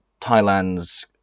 Thailand's